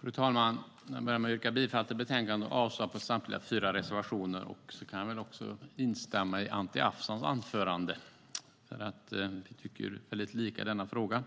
Fru talman! Jag börjar med att yrka bifall till utskottets förslag i betänkandet och avslag på samtliga fyra reservationer. Sedan kan jag också instämma i Anti Avsans anförande. Vi tycker väldigt lika i den här frågan.